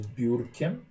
biurkiem